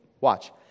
Watch